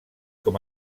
com